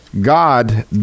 God